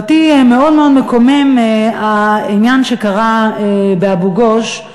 אותי מקומם מאוד העניין שקרה באבו-גוש,